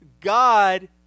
God